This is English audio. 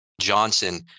Johnson